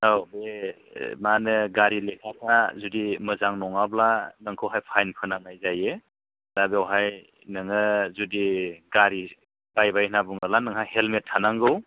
औ बे मा होनो गारि लेखाफ्रा जुदि मोजां नङाब्ला नोंखौहाय फाइन फोनांनाय जायो दा बेवहाय नोङो जुदि गारि बायबाय होनना बुंबायला हेलमेट थानांगौ